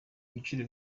ibiciro